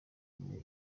muri